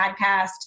podcast